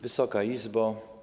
Wysoka Izbo!